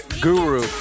Guru